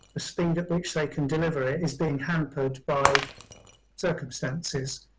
the speed at which they can deliver it is being hampered by circumstances.